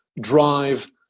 drive